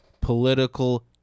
Political